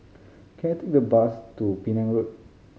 can I take a bus to Penang Road